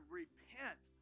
repent